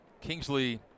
Kingsley